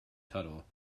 tuttle